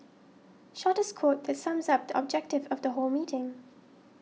shortest quote that sums up the objective of the whole meeting